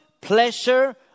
pleasure